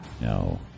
no